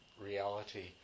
reality